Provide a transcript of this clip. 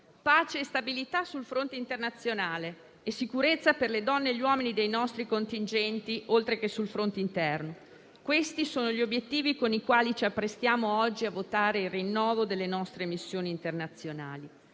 pace e stabilità sul fronte internazionale e sicurezza per le donne e gli uomini dei nostri contingenti, oltre che sul fronte interno: questi sono gli obiettivi con i quali ci apprestiamo oggi a votare il rinnovo delle nostre missioni internazionali.